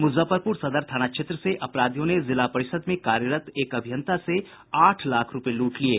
मूजफ्फरपूर सदर थाना क्षेत्र से अपराधियों ने जिला परिषद में कार्यरत एक अभियंता से आठ लाख रूपये लूट लिये